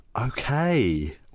Okay